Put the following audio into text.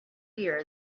year